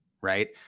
right